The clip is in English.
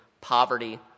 poverty